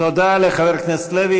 תודה לחבר הכנסת לוי.